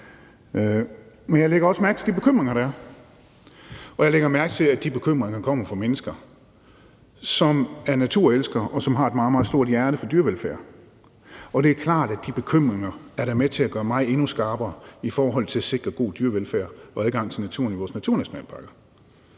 Men jeg lægger også mærke til de bekymringer, der er. Og jeg lægger mærke til, at de bekymringer kommer fra mennesker, som er naturelskere, og som har et meget, meget stort hjerte for dyrevelfærd. Og det er da klart, at de bekymringer er med til at gøre mig endnu skarpere i forhold til at sikre god dyrevelfærd og adgang til naturen i vores naturnationalparker.